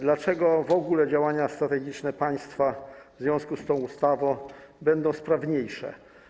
Dlaczego w ogóle działania strategiczne państwa w związku z tą ustawą będą sprawniejsze?